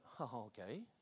Okay